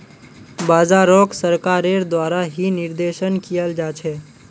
बाजारोक सरकारेर द्वारा ही निर्देशन कियाल जा छे